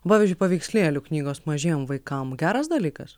pavyzdžiui paveikslėlių knygos mažiem vaikam geras dalykas